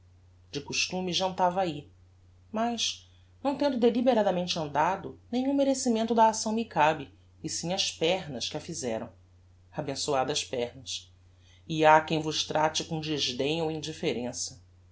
de costume jantava ahi mas não tendo deliberadamente andado nenhum merecimento da acção me cabe e sim ás pernas que a fizeram abençoadas pernas e ha quem vos trate com desdem ou indifferença